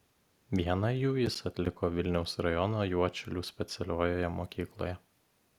vieną jų jis atliko vilniaus rajono juodšilių specialiojoje mokykloje